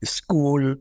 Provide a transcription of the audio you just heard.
school